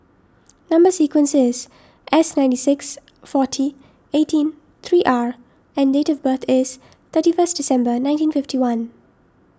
Number Sequence is S ninety six forty eighteen three R and date of birth is thirty first December nineteen fifty one